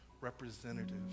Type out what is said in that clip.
representative